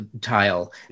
tile